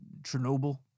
Chernobyl